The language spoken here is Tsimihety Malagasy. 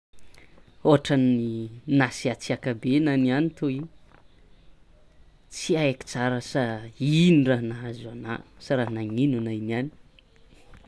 Ohatrany nasiatsiaka ana niany tô i, tsy aiko tsara asa ino raha nahazo ana sa raha nanino ana io niany.